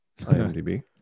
imdb